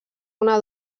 una